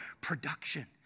production